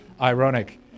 ironic